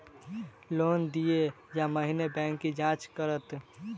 Loan देय सा पहिने बैंक की जाँच करत?